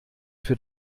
für